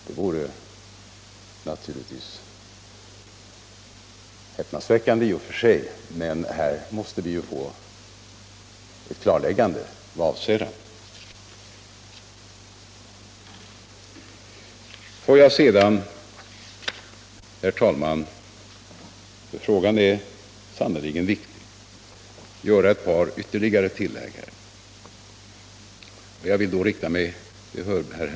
Det vore naturligtvis häpnadsväckande, och vi måste här få klarlagt vad han avser. Får jag, herr talman, sedan göra ytterligare ett par kommentarer — frågan är sannerligen viktig!